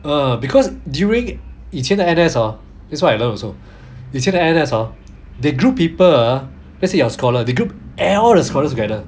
ah because during 以前的 N_S hor this is what I learn also 以前的 N_S hor they group people ah let's say you are scholar they group every all the scholars together